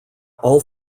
all